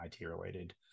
IT-related